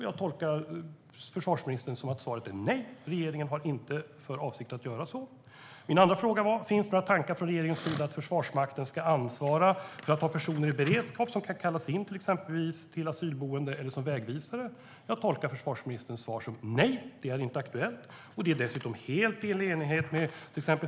Jag tolkar försvarsministern som att svaret är nej, att regeringen inte har för avsikt att göra det. Min andra fråga var: Finns det några tankar från regeringens sida att Försvarsmakten ska ansvara för att ha personer i beredskap som kan kallas in till exempelvis asylboenden eller som vägvisare? Jag tolkar försvarsministerns svar som nej, att det inte är aktuellt.